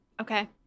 Okay